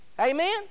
Amen